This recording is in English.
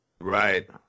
Right